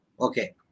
Okay